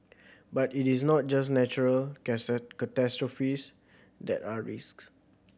but it is not just natural catastrophes that are risks